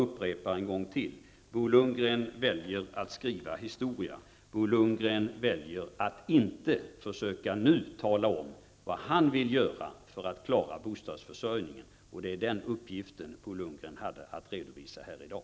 Jag vill än en gång upprepa: Bo Lundgren väljer att skriva historia och inte att nu försöka tala om vad han vill göra för att klara bostadsförsörjningen. Det var den uppgiften som Bo Lundgren hade att redovisa här i dag.